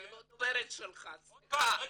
אני לא הדוברת שלך, סליחה.